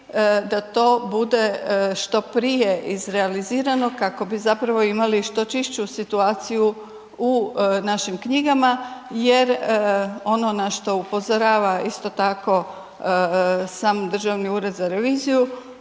da to bude što prije izrealizirano kako bi zapravo imali što čišću situaciju u našim knjigama, jer ono na što upozorava isto tako sam Državni ured za reviziju